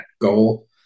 goal